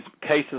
cases